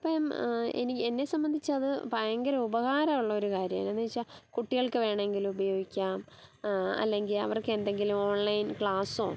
ഇപ്പം എനിക്ക് എന്നെ സംബന്ധിച്ചത് ഭയങ്കര ഉപകരമുള്ളൊരു കാര്യമാണ് എന്നു വെച്ചാൽ കുട്ടികൾക്ക് വേണമെങ്കിലും ഉപയോഗിക്കാം അല്ലെങ്കിൽ അവർക്കെന്തെങ്കിലും ഓൺലൈൻ ക്ലാസ്സോ